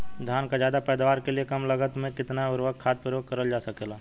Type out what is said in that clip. धान क ज्यादा पैदावार के लिए कम लागत में कितना उर्वरक खाद प्रयोग करल जा सकेला?